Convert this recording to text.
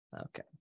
Okay